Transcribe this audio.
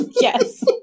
Yes